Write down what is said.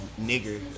nigger